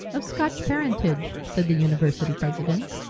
of scotch parentage, said the university president.